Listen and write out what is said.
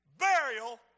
Burial